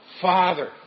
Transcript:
Father